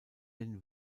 den